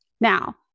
Now